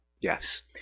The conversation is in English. Yes